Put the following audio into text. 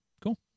cool